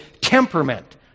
temperament